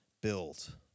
build